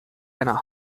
eine